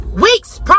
Weeks